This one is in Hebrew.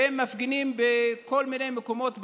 והם מפגינים בכל מיני מקומות בארץ.